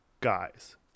guys